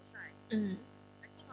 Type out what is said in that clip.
mm